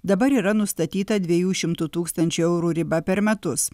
dabar yra nustatyta dviejų šimtų tūkstančių eurų riba per metus